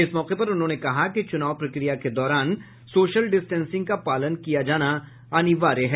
इस मौके पर उन्होंने कहा कि चुनाव प्रक्रिया के दौरान सोशल डिस्टेंसिंग का पालन किया जाना अनिवार्य है